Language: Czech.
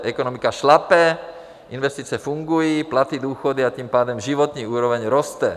Ekonomika šlape, investice fungují, platy, důchody a tím pádem životní úroveň roste.